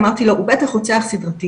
אמרתי לו "הוא בטח רוצח סדרתי",